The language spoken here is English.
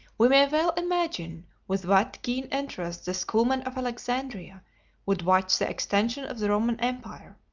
we may well imagine with what keen interest the schoolmen of alexandria would watch the extension of the roman empire.